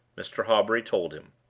mr. hawbury told him.